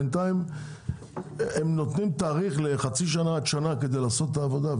בינתיים הם נותנים תאריך לחצי שנה עד שנה כדי לעשות את העבודה,